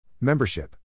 Membership